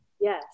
Yes